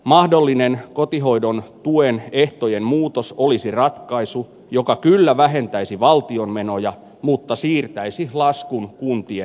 mahdollinen kotihoidon tuen ehtojen muutos olisi ratkaisu joka kyllä vähentäisi valtion menoja mutta siirtäisi laskun kuntia